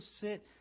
sit